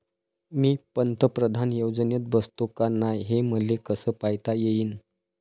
मी पंतप्रधान योजनेत बसतो का नाय, हे मले कस पायता येईन?